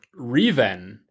Reven